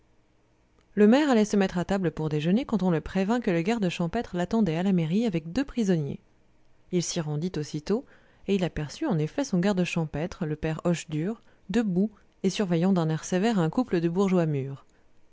le maire allait se mettre à table pour déjeuner quand on le prévint que le garde champêtre l'attendait à la mairie avec deux prisonniers il s'y rendit aussitôt et il aperçut en effet son garde champêtre le père hochedur debout et surveillant d'un air sévère un couple de bourgeois mûrs